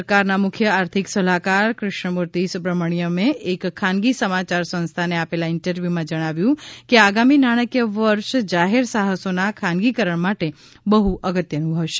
સરકારના મુખ્ય આર્થિક સલાહકાર કૃષ્ણમુર્તિ સુબ્રમણ્યમે એક ખાનગી સમાચાર સંસ્થાને આપેલા ઇન્ટરવ્યુમાં જણાવ્યું કે આગામી નાણાંકીય વર્ષ જાહેર સાહસોની ખાનગીકરણ માટે બહ્ અગત્યનું હશે